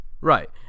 Right